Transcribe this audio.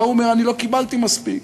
וההוא אומר: אני לא קיבלתי מספיק,